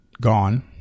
gone